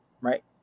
right